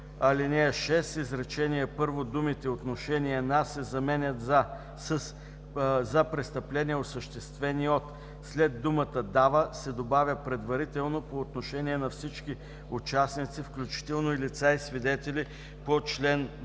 В ал. 6, изречение първо думите „отношение на“ се заменят със „за престъпления, осъществени от“, след думата „дава“ се добавя „предварително по отношение на всички участници, включително и лица и свидетели по чл. 12, ал.